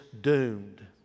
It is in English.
doomed